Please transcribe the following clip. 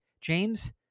James